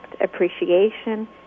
appreciation